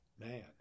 man